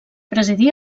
presidí